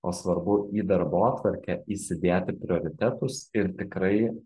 o svarbu į darbotvarkę įsidėti prioritetus ir tikrai